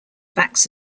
facts